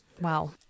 Wow